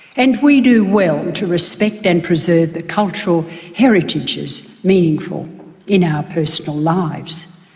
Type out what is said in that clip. and we do well to respect and preserve the cultural heritages meaningful in our personal lives.